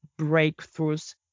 breakthroughs